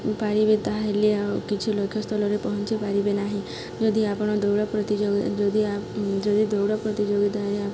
ପାରିବେ ତା'ହେଲେ ଆଉ କିଛି ଲକ୍ଷ୍ୟସ୍ଥଳରେ ପହଞ୍ଚି ପାରିବେ ନାହିଁ ଯଦି ଆପଣ ଦୌଡ଼ ଯଦି ଯଦି ଦୌଡ଼ ପ୍ରତିଯୋଗିିତାରେ